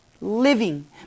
living